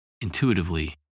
Intuitively